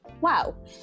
wow